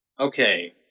Okay